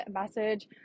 message